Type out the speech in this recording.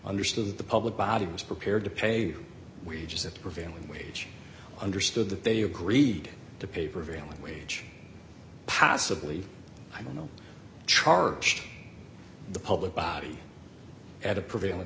understood that the public body was prepared to pay wages that the prevailing wage understood that they agreed to pay prevailing wage possibly i don't know charged the public body at a prevailing